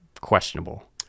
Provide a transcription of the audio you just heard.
questionable